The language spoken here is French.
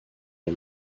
est